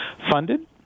funded